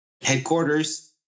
headquarters